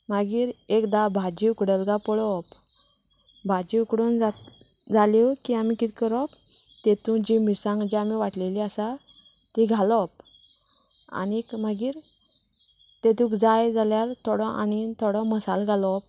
मागीर एकदां भाजी उकडला काय पळोवप भाजी उकडून जाल जाल्यो काय आमी कितें करप तेतून जी मिरसांग आमी जी वाटलेली आसा ती घालप आनीक मागीर तेतूंक जाय जाल्यार आनी थोडो मसालो घालप